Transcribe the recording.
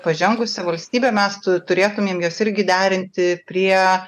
pažengusia valstybe mes tu turėtumėm juos irgi derinti prie